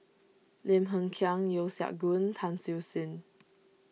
Lim Hng Kiang Yeo Siak Goon Tan Siew Sin